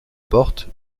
porte